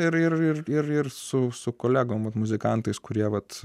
ir ir ir ir su su kolegom muzikantais kurie vat